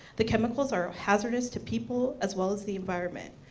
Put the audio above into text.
the chemicals are hazardous to people as well as the environment.